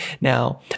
Now